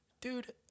Dude